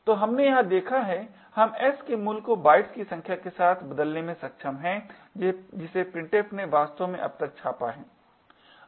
तो हमने यहां देखा है हम s के मूल्य को बाइट्स की संख्या के साथ बदलने में सक्षम हैं जिसे printf ने वास्तव में अब तक छापा है